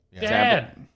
Dad